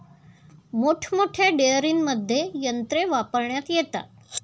मोठमोठ्या डेअरींमध्ये यंत्रे वापरण्यात येतात